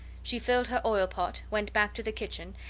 she filled her oil pot, went back to the kitchen,